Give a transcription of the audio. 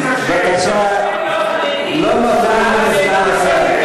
קשה להיות חרדי, אבל בעזרת השם נתגבר.